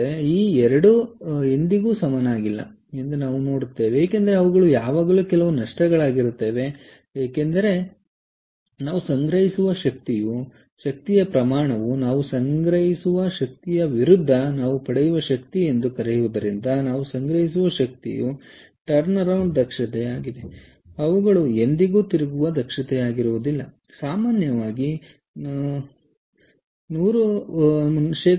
ಈ 2 ಎಂದಿಗೂ ಸಮಾನವಾಗಿಲ್ಲ ಎಂದು ನಾವು ನೋಡುತ್ತೇವೆ ಏಕೆಂದರೆ ಅವುಗಳು ಯಾವಾಗಲೂ ಕೆಲವು ನಷ್ಟಗಳಾಗಿರುತ್ತವೆ ಏಕೆಂದರೆ ನಾವು ಸಂಗ್ರಹಿಸುವ ಶಕ್ತಿಯ ಪ್ರಮಾಣವು ನಾವು ಸಂಗ್ರಹಿಸುವ ಶಕ್ತಿಯ ವಿರುದ್ಧ ನಾವು ಪಡೆಯುವ ಶಕ್ತಿ ಎಂದು ಕರೆಯುವುದರಿಂದ ನಾವು ಸಂಗ್ರಹಿಸುವ ಶಕ್ತಿಯು ಟರ್ನ್ರೌಂಡ್ ದಕ್ಷತೆಯಾಗಿದೆ ಅವುಗಳು ಎಂದಿಗೂ ತಿರುಗುವ ದಕ್ಷತೆಯಾಗಿರುವುದಿಲ್ಲ ಸಾಮಾನ್ಯವಾಗಿ 100 ಕ್ಕಿಂತ ಕಡಿಮೆ ಇರುತ್ತದೆ